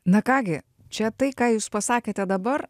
na ką gi čia tai ką jūs pasakėte dabar